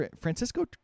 Francisco